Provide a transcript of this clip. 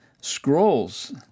scrolls